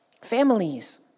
Families